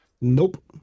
nope